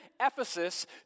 Ephesus